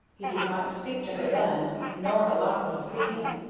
he did not speak to her then, nor allow her to see him,